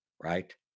Right